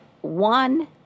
one